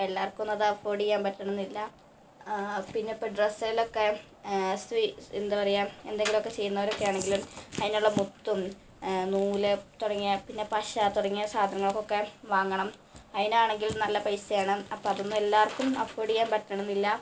എല്ലാവർക്കുമൊന്നും അത് അഫോർഡ് ചെയ്യാൻ പറ്റണമെന്നില്ല പിന്നെ ഇപ്പം ഡ്രസ്സിലൊക്കെ എന്താണ് പറയുക എന്തെങ്കിലുമൊക്കെ ചെയ്യുന്നവരൊക്കെ ആണെങ്കിൽ അതിനുള്ള മുത്തും നൂൽ തുടങ്ങിയ പിന്നെ പശ തുടങ്ങിയ സാധങ്ങൾ ഒക്കെ വാങ്ങണം അതിനാണെങ്കിൽ നല്ല പൈസയാണ് അപ്പം അതൊന്നും എല്ലാവർക്കും അഫോർഡ് ചെയ്യാൻ പറ്റണം എന്നില്ല